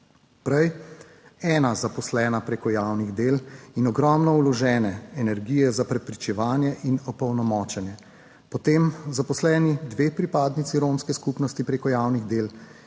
Prej ena zaposlena prek javnih del in ogromno vložene energije za preprečevanje in opolnomočenje, potem zaposleni dve pripadnici romske skupnosti prek javnih del